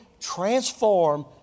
transform